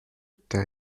votre